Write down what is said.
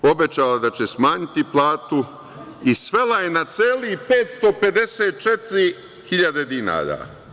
Obećala je da će smanjiti platu i svela je na celih 554.000 dinara.